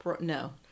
no